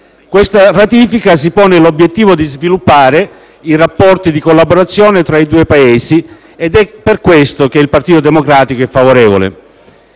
Questa ratifica si pone l'obiettivo di sviluppare i rapporti di collaborazione tra i due Paesi ed è per questo che il Partito Democratico è favorevole.